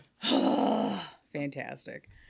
Fantastic